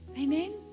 Amen